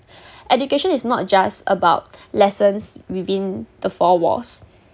education is not just about lessons within the four walls